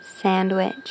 sandwich